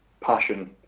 passion